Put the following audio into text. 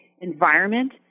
environment